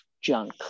junk